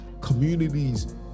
Communities